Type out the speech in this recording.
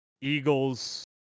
Eagles